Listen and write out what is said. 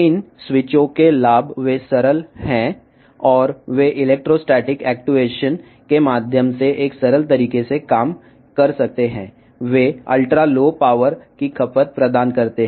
ఈ స్విచ్ల యొక్క ప్రయోజనాలు అవి సరళమైనవి మరియు ఎలక్ట్రోస్టాటిక్ యాక్చుయేషన్ ద్వారా సరళమైన మార్గంలో పనిచేయగలవు మరియు అవి అతి తక్కువ విద్యుత్ వినియోగాన్ని అందిస్తాయి